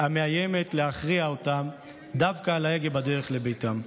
המאיימת להכריע אותם דווקא על ההגה בדרך לביתם.